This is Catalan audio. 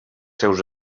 seus